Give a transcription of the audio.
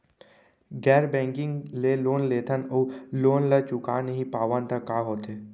गैर बैंकिंग ले लोन लेथन अऊ लोन ल चुका नहीं पावन त का होथे?